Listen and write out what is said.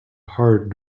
hard